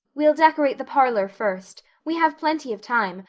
we'll decorate the parlor first. we have plenty of time,